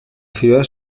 ciudad